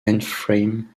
ephraim